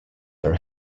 are